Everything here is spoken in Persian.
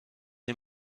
این